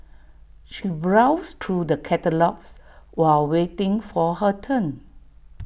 she browsed through the catalogues while waiting for her turn